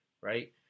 right